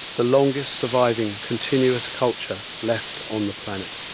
the longest surviving continuous culture left on the planet.